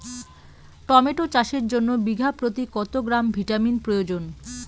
Tomato চাষের জন্য বিঘা প্রতি কত গ্রাম ভিটামিন প্রয়োজন?